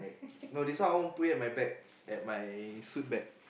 no this I want put it at my bag at my suit bag